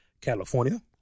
California